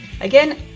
Again